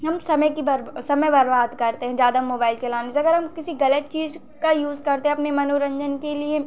हम समय की समय बर्बाद करते हैं ज़्यादा मोबाइल चलाने से अगर हम किसी गलत चीज का यूज़ करते हैं अपने मनोरंजन के लिए